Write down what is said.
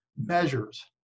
measures